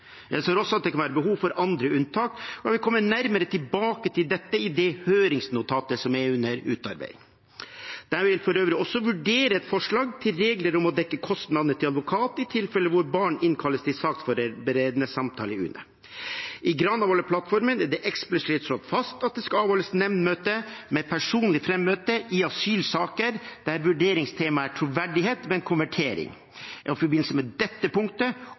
Jeg ser også at det kan være behov for andre unntak, og jeg vil komme nærmere tilbake til dette i det høringsnotatet som er under utarbeiding. Jeg vil for øvrig også vurdere et forslag til regler om å dekke kostnadene til advokat i tilfeller hvor barn innkalles til saksforberedende samtale i UNE. I Granavolden-plattformen er det eksplisitt slått fast at det skal avholdes nemndmøte med personlig frammøte i asylsaker der vurderingstemaet er troverdighet ved en konvertering. I forbindelse med dette punktet